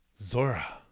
zora